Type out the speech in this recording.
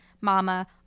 mama